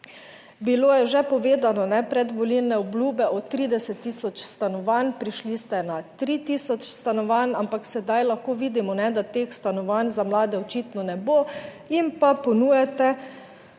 Bilo je že povedano, predvolilne obljube o 30 tisoč stanovanj, prišli ste na 3 tisoč stanovanj, ampak sedaj lahko vidimo, da teh stanovanj za mlade očitno ne bo, jim pa ponujate